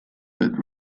but